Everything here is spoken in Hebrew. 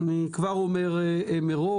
אני כבר אומר מראש,